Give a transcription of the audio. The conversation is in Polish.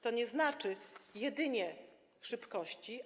To nie znaczy jedynie szybkości.